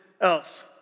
else